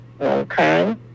Okay